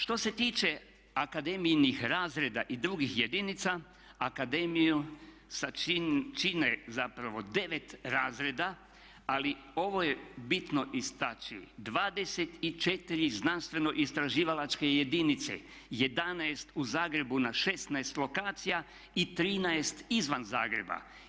Što se tiče akademijinih razreda i drugih jedinica akademiju čine zapravo 9 razreda, ali ovo je bitno istači, 24 znanstveno istraživalačke jedinice, 11 u Zagrebu na 16 lokacija i 13 izvan Zagreba.